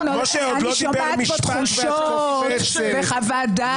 משה עוד לא דיבר משפט --- אני שומעת פה תחושות וחוות דעת.